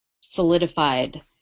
solidified